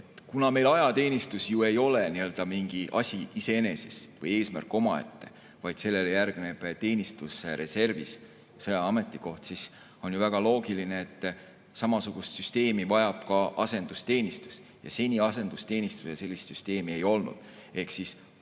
Kuna meil ajateenistus ei ole ju mingi asi iseeneses või eesmärk omaette, vaid sellele järgneb teenistus reservis, sõjaaja ametikoht, siis on ju väga loogiline, et samasugust süsteemi vajab ka asendusteenistus. Seni asendusteenistusel sellist süsteemi ei olnud,